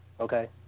okay